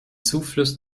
zufluss